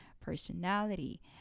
personality